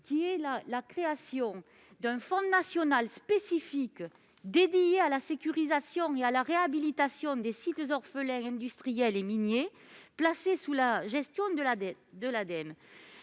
savoir la création d'un fonds national spécifiquement dédié à la sécurisation et à la réhabilitation des sites orphelins industriels et miniers, placé sous la gestion de l'Ademe.